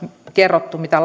kerrottu mitä